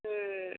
হুম